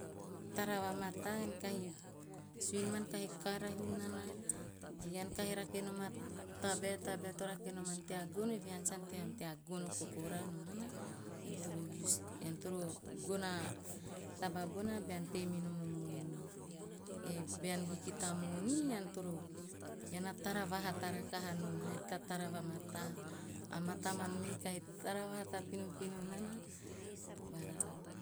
Tara vamata ean kahi, nomana ei ean sa ante ha nom tea tara vamata ean kahi, suin maan kahi karahu nana ge ean kahi rake nom a tabae to rake nom a tabae to rake noman tea gono evehe ean sa ante hanom tea gono kokora nomana ean toro use ean toro gono a taba bona bean tei minom a money ei bean hiki ta money ean toro tara vahata rakaha nom haik to taba mata. A mata man me kahi tara vahata pinopino nana bara.